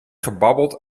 gebabbeld